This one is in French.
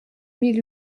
mille